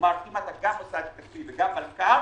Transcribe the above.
כלומר אם אתה גם מוסד כספי וגם מלכ"ר,